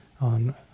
on